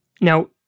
now